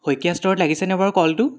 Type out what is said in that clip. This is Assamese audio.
শইকীয়া ষ্ট'ৰত লাগিছেনে বাৰু কলটো